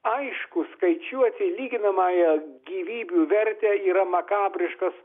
aišku skaičiuoti lyginamąją gyvybių vertę yra makabriškas